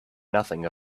nothing